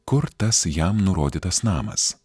kur tas jam nurodytas namas